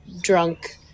drunk